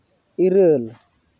ᱤᱨᱟᱹᱞ